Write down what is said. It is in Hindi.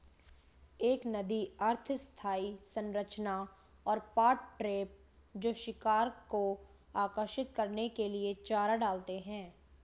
एक नदी अर्ध स्थायी संरचना और पॉट ट्रैप जो शिकार को आकर्षित करने के लिए चारा डालते हैं